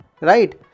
right